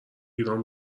ایران